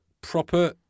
proper